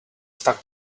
stuck